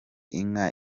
inka